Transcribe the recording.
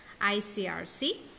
ICRC